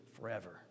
forever